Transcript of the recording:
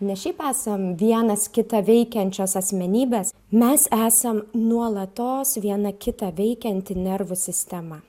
ne šiaip esam vienas kitą veikiančios asmenybės mes esam nuolatos viena kitą veikianti nervų sistema